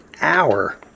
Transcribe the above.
hour